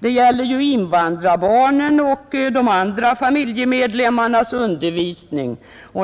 Det gäller invandrarbarnens och de andra familjemedlemmarnas undervisning.